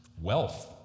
wealth